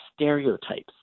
stereotypes